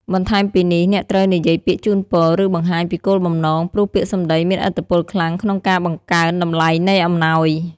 បន្ថែមពីនេះ អ្នកត្រូវនិយាយពាក្យជូនពរ ឬបង្ហាញពីគោលបំណង ព្រោះពាក្យសម្ដីមានឥទ្ធិពលខ្លាំងក្នុងការបង្កើនតម្លៃនៃអំណោយ។